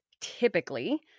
typically